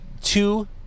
two